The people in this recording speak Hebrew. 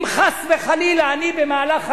אם חס וחלילה אני במהלך חיי,